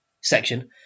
section